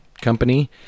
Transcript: company